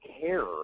care